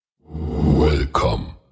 Welcome